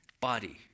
Body